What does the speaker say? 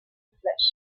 flesh